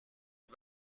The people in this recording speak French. est